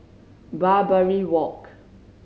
Barbary Walk